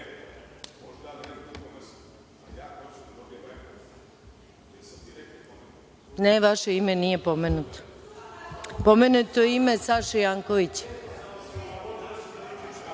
vaše ime nije pomenuto. Pomenuto je ime Saše Jankovića.(Zoran